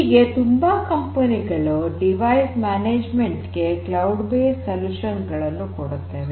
ಹೀಗೆ ತುಂಬಾ ಕಂಪನಿಗಳು ಸಾಧನ ನಿರ್ವಹಣೆಗೆ ಕ್ಲೌಡ್ ಬೇಸ್ಡ್ ಪರಿಹಾರಗಳನ್ನು ಕೊಡುತ್ತವೆ